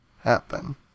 happen